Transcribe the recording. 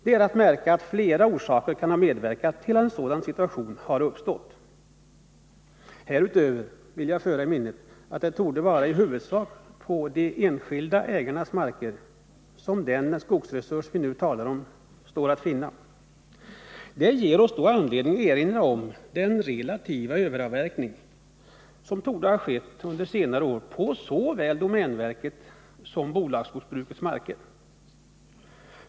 Det är att märka att flera orsaker kan ha medverkat till att en sådan situation har uppstått. Härutöver vill jag föra i minnet att det huvudsakligen torde vara på de enskilda ägarnas marker som den skogsresurs vi nu talar om står att finna. Det ger oss då anledning erinra om den relativa överavverkning som torde ha skett under senare år på såväl domänverkets som bolagsskogsbrukens marker.